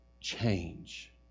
change